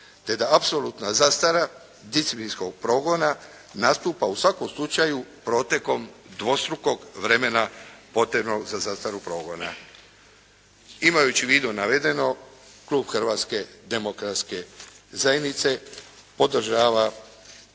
te da apsolutna zastara disciplinskog progona nastupa u svakom slučaju protekom dvostrukog vremena potrebnog za zastaru progona. Imajući u vidu navedeno klub Hrvatske demokratske zajednice podržava